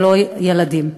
ולא ילדים.